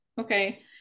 okay